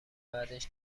بعدش